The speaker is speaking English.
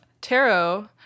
tarot